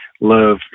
love